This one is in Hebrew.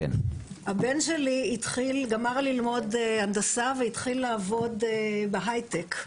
הבן שלי גמר ללמוד הנדסה והתחיל לעבוד בהייטק,